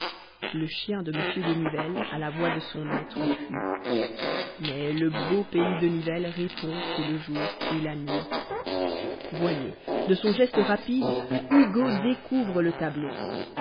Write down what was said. le chien de monsieur de nivelle a la voix de son maître fuit mais le beau pays de nivelle répond et le jour et la nuit voyez de son geste rapide hùgo découvre le tableau